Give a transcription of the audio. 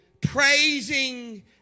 praising